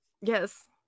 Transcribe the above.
Yes